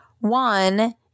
One